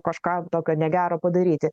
kažką tokio negero padaryti